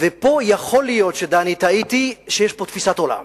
ופה יכול להיות שטעיתי, שיש פה תפיסת עולם.